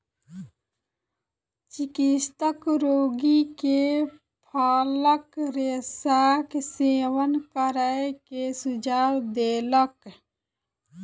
चिकित्सक रोगी के फलक रेशाक सेवन करै के सुझाव देलक